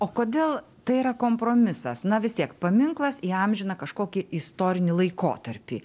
o kodėl tai yra kompromisas na vis tiek paminklas įamžina kažkokį istorinį laikotarpį